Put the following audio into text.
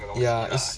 ya it's